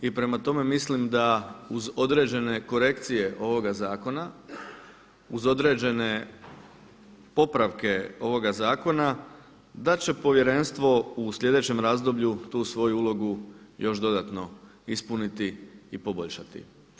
I prema tome mislim da uz određene korekcije ovoga zakona, uz određene popravke ovoga zakona da će Povjerenstvo u sljedećem razdoblju tu svoju ulogu još dodatno ispuniti i poboljšati.